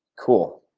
cool.